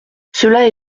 cela